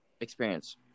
Experience